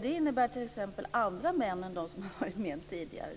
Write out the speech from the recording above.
Det innebär t.ex. andra män än de som har varit med tidigare.